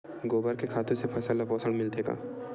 गोबर के खातु से फसल ल पोषण मिलथे का?